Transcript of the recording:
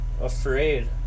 afraid